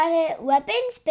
Weapons